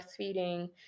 breastfeeding